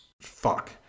Fuck